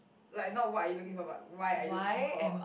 like not what are you looking for but why are you looking for